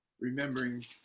remembering